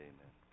Amen